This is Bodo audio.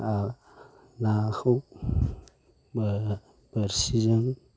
नाखौ बोरसिजों